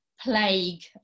plague